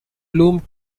loom